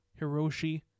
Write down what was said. Hiroshi